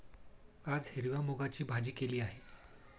आज हिरव्या मूगाची भाजी केलेली आहे